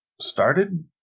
started